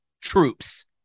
Troops